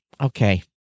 okay